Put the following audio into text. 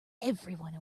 everyone